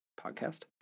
podcast